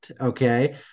Okay